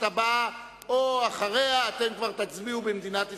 הבאה או לזו שאחריה אתם כבר תצביעו במדינת ישראל,